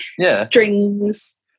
strings